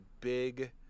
big –